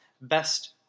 Best